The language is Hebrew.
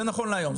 זה נכון להיום.